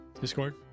Discord